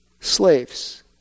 slaves